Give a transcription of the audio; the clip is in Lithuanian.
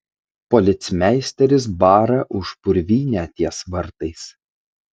policmeisteris bara už purvynę ties vartais